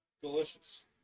delicious